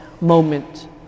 moment